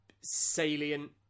salient